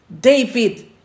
David